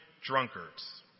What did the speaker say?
drunkards